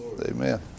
Amen